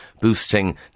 boosting